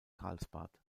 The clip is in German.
karlsbad